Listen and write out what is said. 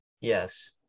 yes